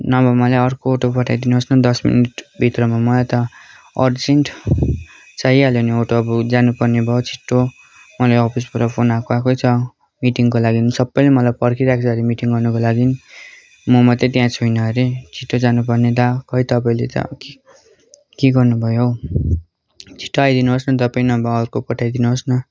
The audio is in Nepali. नभए मलाई अर्को अटो पठाइदिनुहोस् न दस मिनटभित्रमा म यता अर्जेन्ट चाहिहाल्यो नि अटो अब जानुपर्ने भयो छिटो मलाई अफिसबाट फोन आएको आएकै छ मिटिङको लागि सबैले मलाई पर्खिरहेको छ अरे मिटिङ गर्नुको लागि म मात्रै त्यहाँ छुइनँ अरे छिट्टो जानुपर्ने दा खै तपाईँले त के गर्नुभयो हौ छिटो आइदिनुहोस् न तपाईँ नभए अर्को पठाइदिनुहोस् न